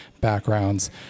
backgrounds